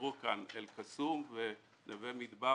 דיברו כאן אל קסום ונווה מדבר